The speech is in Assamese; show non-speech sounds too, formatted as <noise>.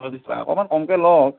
<unintelligible> অকমান কমকে লওক